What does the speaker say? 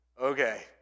Okay